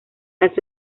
las